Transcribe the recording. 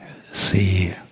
see